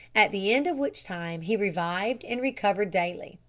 at the end of which time he revived and recovered daily.